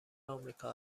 آمریکا